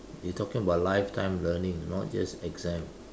you talking about lifetime learning not just exam